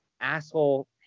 asshole